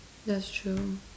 that's true